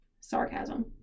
sarcasm